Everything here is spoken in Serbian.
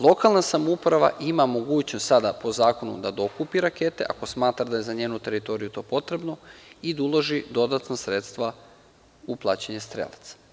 Lokalna samouprava ima mogućnost sada po zakonu, da dokupi rakete, ako smatra da je za njenu teritoriju to potrebno, i da uloži dodatna sredstva u plaćanje strelaca.